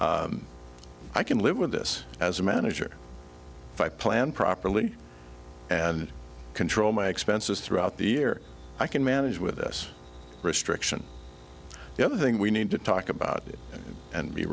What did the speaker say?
county i can live with this as a manager if i plan properly and control my expenses throughout the year i can manage with this restriction the other thing we need to talk about it and be